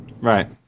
Right